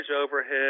overhead